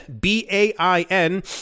B-A-I-N